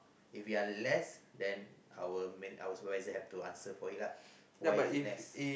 if we are less than our our supervisor have to answer for it lah why is it less